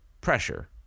pressure